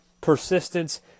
persistence